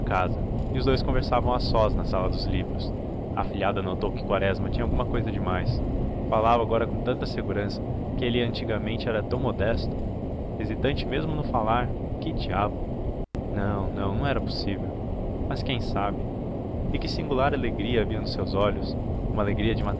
casa e os dous conversavam a sós na sala dos livros a afilhada notou que quaresma tinha alguma cousa de mais falava agora com tanta segurança ele que antigamente era tão modesto hesitante mesmo no falar que diabo não não era possível mas quem sabe e que singular alegria havia nos seus olhos uma alegria de